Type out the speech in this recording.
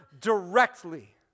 directly